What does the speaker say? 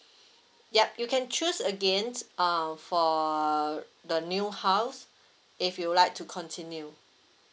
yup you can choose against uh for the new house if you like to continue